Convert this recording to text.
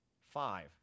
Five